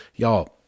Y'all